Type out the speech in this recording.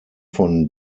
von